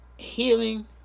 healing